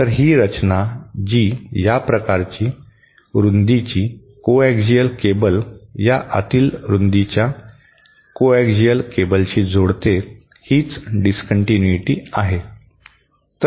तर ही रचना जी या प्रकारची रुंदीची कॉऍक्सियल केबल या आतील रुंदीच्या कॉऍक्सियल केबलशी जोडते हीच डिसकंटिन्यूइटी आहे